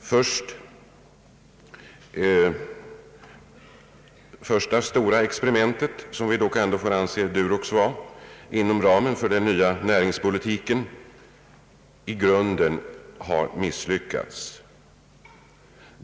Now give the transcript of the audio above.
första stora experiment — som dock Durox får anses vara — inom ramen för den nya näringspolitiken i grunden har misslyckats.